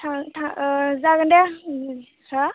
थां थां ओ जागोन दे हा